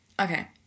okay